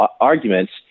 arguments